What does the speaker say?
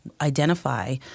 identify